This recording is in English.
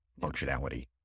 functionality